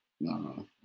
no